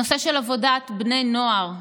הנושא של עבודת בני נוער,